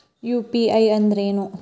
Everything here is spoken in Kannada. ಯು.ಪಿ.ಐ ಅಂದ್ರೇನು?